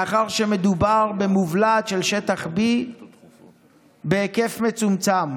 מאחר שמדובר במובלעת של שטח B בהיקף מצומצם